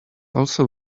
also